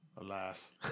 alas